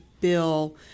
bill